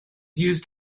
used